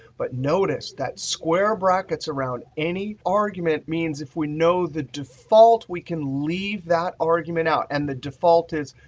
but notice that square brackets around any argument means if we know the default we can leave that argument out. and the default is,